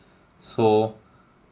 so